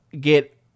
get